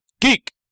geek